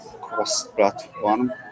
cross-platform